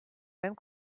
même